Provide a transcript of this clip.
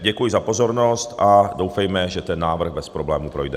Děkuji za pozornost a doufejme, že ten návrh bez problému projde.